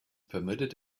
permitted